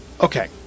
Okay